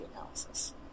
analysis